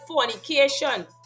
fornication